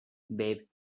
babe